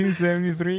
1973